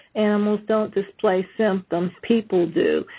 animals don't display symptoms, people do.